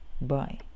bye